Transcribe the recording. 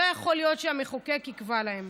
לא יכול להיות שהמחוקק יקבע להם.